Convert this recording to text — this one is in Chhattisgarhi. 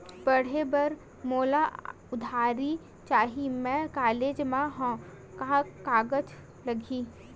पढ़े बर मोला उधारी चाही मैं कॉलेज मा हव, का कागज लगही?